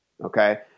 okay